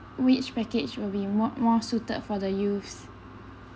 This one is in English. which package will be more more suited for the youths